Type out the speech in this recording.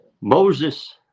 Moses